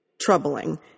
troubling